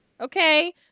okay